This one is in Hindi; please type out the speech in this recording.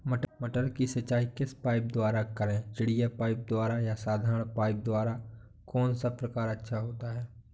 मटर की सिंचाई किस पाइप द्वारा करें चिड़िया पाइप द्वारा या साधारण पाइप द्वारा कौन सा प्रकार अच्छा होता है?